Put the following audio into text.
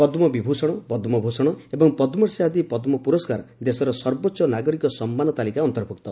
ପଦ୍ମ ବିଭୂଷଣ ପଦ୍ମଭୂଷଣ ଏବଂ ପଦ୍ମଶ୍ରୀ ଆଦି ପଦ୍କ ପୁରସ୍କାର ଦେଶର ସର୍ବୋଚ୍ଚ ନାଗରିକ ସମ୍ମାନ ତାଲିକା ଅନ୍ତର୍ଭୁକ୍ତ